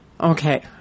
Okay